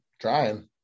trying